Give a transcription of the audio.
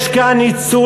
יש כאן ניצול,